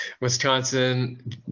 Wisconsin